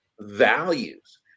values